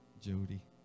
Jody